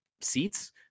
seats